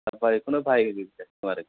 बेखौनो बाहाय होगासिनो दं आरो